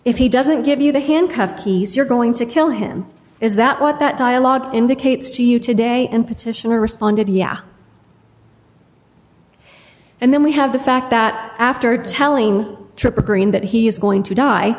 if he doesn't give you the handcuff keys you're going to kill him is that what that dialogue indicates to you today and petitioner responded yeah and then we have the fact that after telling trip occurring that he is going to die